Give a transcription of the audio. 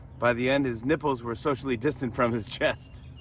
by the end, his nipples were socially distant from his chest.